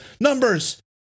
numbers